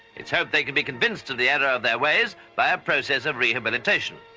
it's hoped they can be convinced of the error of their ways, by a process of rehabilitation.